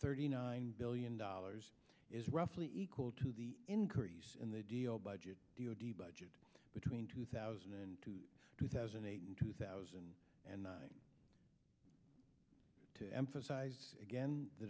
thirty nine billion dollars is roughly equal to the increase in the deal budget d o d budget between two thousand and two two thousand and eight and two thousand and nine to emphasize again the